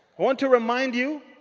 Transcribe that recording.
want to remind you